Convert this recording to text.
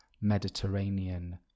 mediterranean